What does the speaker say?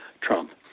Trump